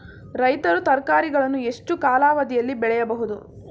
ರೈತರು ತರಕಾರಿಗಳನ್ನು ಎಷ್ಟು ಕಾಲಾವಧಿಯಲ್ಲಿ ಬೆಳೆಯಬಹುದು?